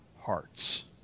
hearts